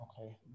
Okay